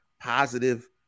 positive